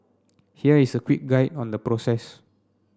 here is a quick guide on the process